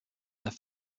their